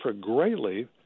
greatly